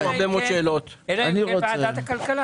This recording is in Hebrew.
משרד התחבורה החליט לבטל את הכביש